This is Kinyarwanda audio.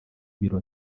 ibiro